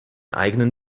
eigenen